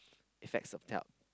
effects of talc